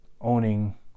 owning